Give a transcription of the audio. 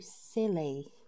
silly